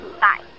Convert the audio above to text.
bye